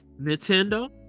Nintendo